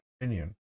opinion